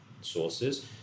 sources